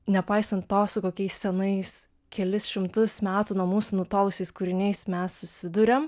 nepaisant to su kokiais senais kelis šimtus metų nuo mūsų nutolusiais kūriniais mes susiduriam